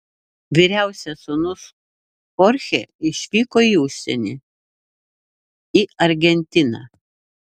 vyriausias sūnus chorchė išvyko į užsienį į argentiną